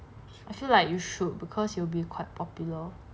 I feel like you should because you will be quite popular